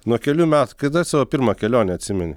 nuo kelių metų kada savo pirmą kelionę atsimeni